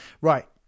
right